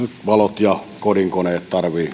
valot ja kodinkoneet tarvitsevat sähköä